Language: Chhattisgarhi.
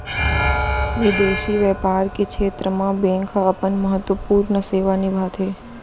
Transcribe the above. बिंदेसी बैपार के छेत्र म बेंक ह अपन महत्वपूर्न सेवा निभाथे